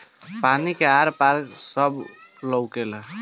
पानी मे आर पार के सब लउकेला